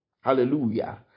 hallelujah